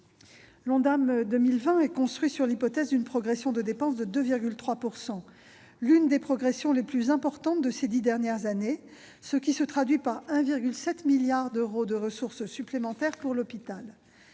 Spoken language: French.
L'Ondam 2020 est construit sur l'hypothèse d'une progression des dépenses de 2,3 %, l'une des progressions les plus importantes de ces dix dernières années, ce qui se traduit par 1,7 milliard d'euros de ressources supplémentaires pour l'hôpital.